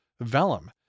Vellum